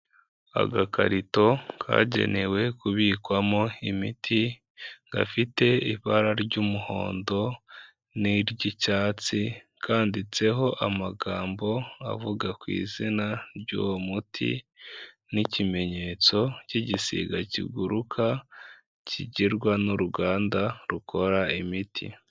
Agakarito kagenewe kubikwamo imiti gafite ibara ry'umuhondo n'iry'icyatsi kanditseho amagambo avuga ku izina ry'uwo muti n'ikimenyetso cy'igisiga kiguruka kigirwa n'uruganda rukora imiti.